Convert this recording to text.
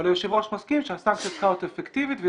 אבל היושב ראש מסכים שהסנקציה צריכה להיות אפקטיבית והיא